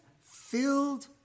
filled